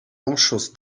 ausschuss